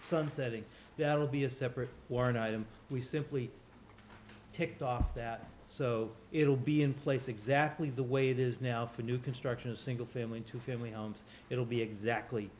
sunsetting that will be a separate or an item we simply ticked off that so it'll be in place exactly the way there is now for new construction of single family into family homes it'll be exactly